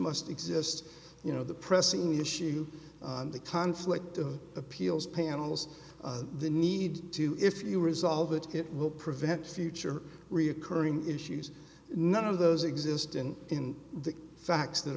must exist you know the pressing issue and the conflict of appeals panels the need to if you resolve it it will prevent future reoccurring issues none of those exist in in the facts that